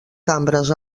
cambres